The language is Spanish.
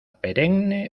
perenne